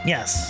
Yes